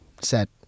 set